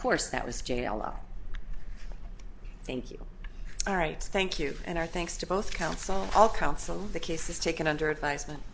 course that was jailed thank you all right thank you and our thanks to both counsel all counsel the case is taken under advisement